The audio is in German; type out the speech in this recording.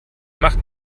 macht